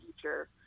future